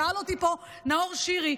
שאל אותי פה נאור שירי,